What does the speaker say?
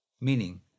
meaning